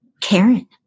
Karen